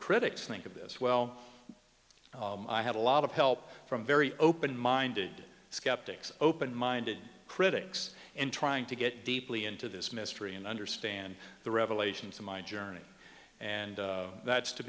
critics think of this well i had a lot of help from very open minded skeptics open minded critics and trying to get deeply into this mystery and understand the revelations of my journey and that's to